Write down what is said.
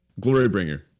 Glorybringer